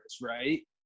right